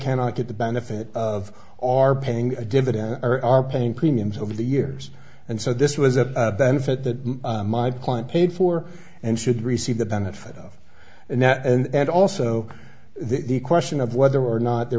cannot get the benefit of are paying a dividend or are paying premiums over the years and so this was a benefit that my client paid for and should receive the benefit of and that and also the question of whether or not there